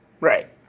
Right